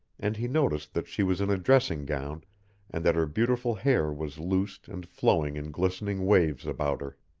and he noticed that she was in a dressing-gown and that her beautiful hair was loosed and flowing in glistening waves about her,